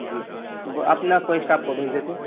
جی اپنا کوئی اسٹاف کو بھیج دیتے